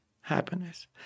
happiness